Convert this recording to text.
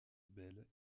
belle